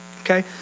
okay